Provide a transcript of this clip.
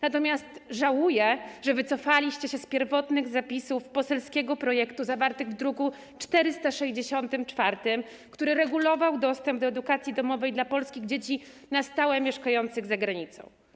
Natomiast żałuję, że wycofaliście się z pierwotnych zapisów poselskiego projektu zawartych w druku nr 464, który regulował dostęp do edukacji domowej dla polskich dzieci na stałe mieszkających za granicą.